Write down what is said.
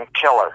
killer